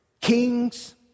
kings